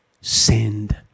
Send